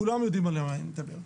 כולם יודעים על מה אני מדבר,